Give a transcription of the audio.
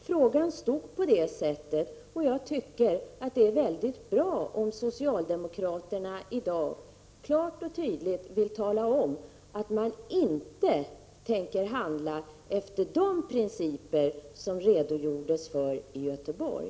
Så stod frågan, och det är bra om socialdemokraterna i dag klart och tydligt vill tala om att de inte tänker handla efter de principer som man redogjorde för i Göteborg.